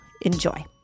Enjoy